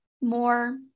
more